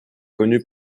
connue